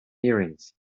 earrings